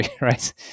right